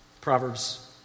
Proverbs